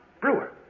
Brewer